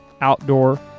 Outdoor